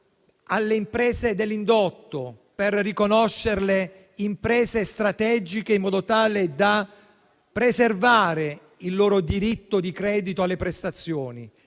alle imprese dell'indotto per riconoscerle imprese strategiche in modo tale da preservare il loro diritto di credito alle prestazioni.